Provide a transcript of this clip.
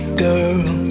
girl